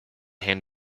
hand